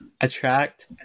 attract